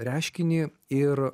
reiškinį ir